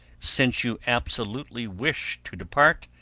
since you absolutely wish to depart,